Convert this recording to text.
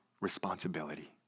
responsibility